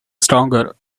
stronger